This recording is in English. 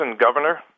governor